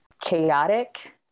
chaotic